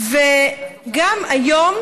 גם היום